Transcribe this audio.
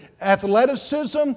athleticism